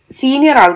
senior